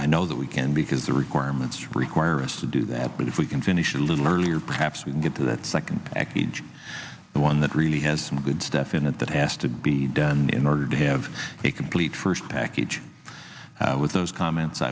i know that we can because the requirements require us to do that but if we can finish a little earlier perhaps we can get that second act the one that really has some good stuff in it that has to be done in order to have a complete first package with those comments